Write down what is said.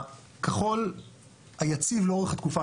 הכחול היציב לאורך התקופה,